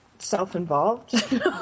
Self-involved